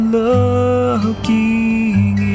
looking